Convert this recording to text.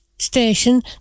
station